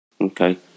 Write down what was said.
Okay